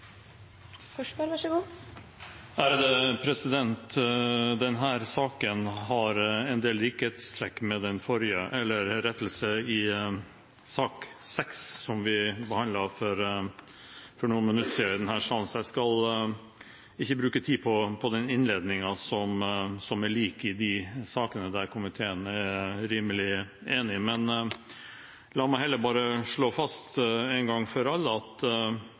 denne salen, så jeg skal ikke bruke tid på innledningen, som er lik i de sakene der komiteen er rimelig enig. La meg heller bare slå fast én gang for alle at